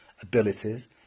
abilities